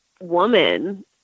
woman